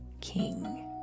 king